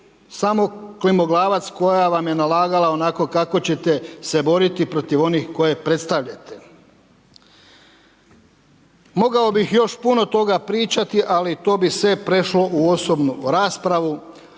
samo klimoglavac, koja vam je nalagala onako kako ćete se boriti protiv onih koji predstavljate. Mogao bih još puno toga pričati ali to bi sve prešlo u osobnu raspravu,